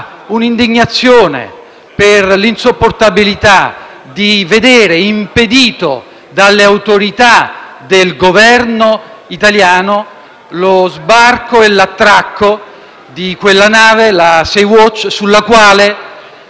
un'indignazione per l'insopportabilità di vedere impedito dalle autorità del Governo italiano lo sbarco e l'attracco della Sea-Watch, a bordo